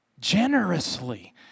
generously